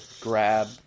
grab